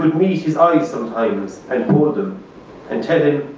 his eye sometimes and hold them and tell him,